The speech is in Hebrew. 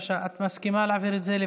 אני מכיר את מצבו של הכותל